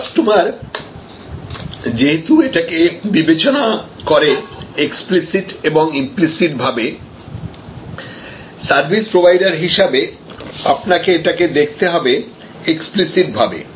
customer যেহেতু এটাকে বিবেচনা করে এক্সপ্লিসিট এবং ইমপ্লিসিট ভাবে সার্ভিস প্রোভাইডার হিসেবে আপনাকে এটাকে দেখতে হবে এক্সপ্লিসিট ভাবে